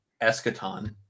Eschaton